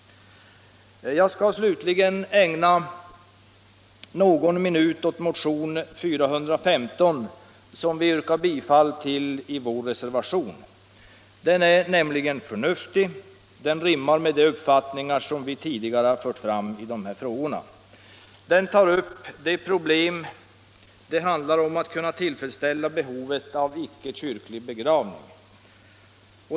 Jag skall ägna någon minut åt motionen 415 som vi yrkar bifall till i vår reservation. Den är nämligen förnuftig och rimmar med de uppfattningar som vi tidigare fört fram i dessa frågor. Den tar upp de problem som handlar om att kunna tillfredsställa behovet av icke-kyrklig begravning.